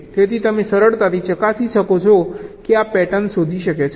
તેથી તમે સરળતાથી ચકાસી શકો છો કે આ પેટર્ન શોધી શકે છે